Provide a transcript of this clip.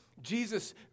Jesus